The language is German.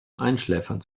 einschläfern